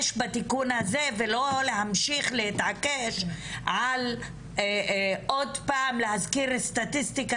בתיקון הזה ולא להמשיך להתעקש על עוד פעם להזכיר סטטיסטיקה